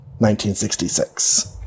1966